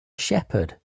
shepherd